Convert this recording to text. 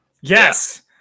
Yes